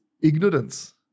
ignorance